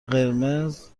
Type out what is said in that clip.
قرمز